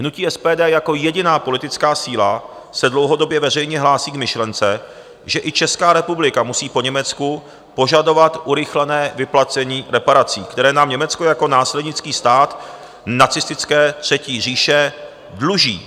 Hnutí SPD jako jediná politická síla se dlouhodobě veřejně hlásí k myšlence, že i Česká republika musí po Německu požadovat urychlené vyplacení reparací, které nám Německo jako následnický stát nacistické Třetí říše dluží.